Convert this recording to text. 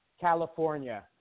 California